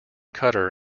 cutter